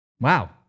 Wow